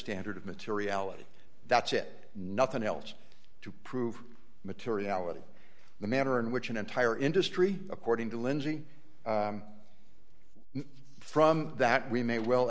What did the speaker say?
standard of materiality that's it nothing else to prove materiality the manner in which an entire industry according to lindsey from that we may well